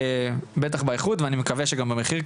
בטח שבאיכות ואני מקווה שגם במחיר,